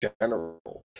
general